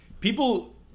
people